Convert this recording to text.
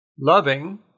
Loving